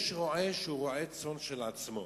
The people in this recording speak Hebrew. יש רועה שהוא רועה צאן של עצמו,